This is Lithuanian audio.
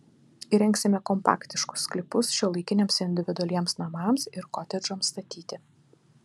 įrengsime kompaktiškus sklypus šiuolaikiniams individualiems namams ir kotedžams statyti